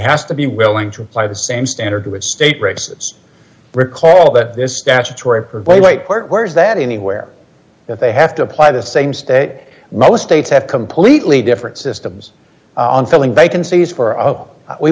has to be willing to apply the same standard with state races recall that this statutory rape where is that anywhere that they have to apply the same stay most states have completely different systems on filling vacancies for up we